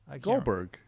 Goldberg